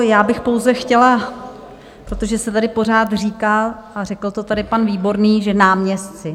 Já bych pouze chtěla, protože se tady pořád říká, a řekl to tady pan Výborný, že náměstci.